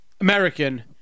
American